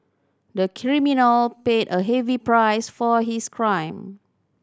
the criminal paid a heavy price for his crime